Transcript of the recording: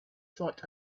thought